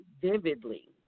vividly